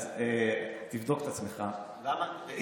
אז תבדוק את עצמך היטב,